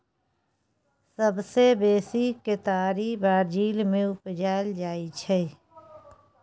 सबसँ बेसी केतारी ब्राजील मे उपजाएल जाइ छै